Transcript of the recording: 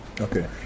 Okay